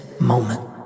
moment